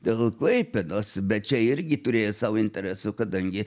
dėl klaipėdos bet čia irgi turėjo savo interesų kadangi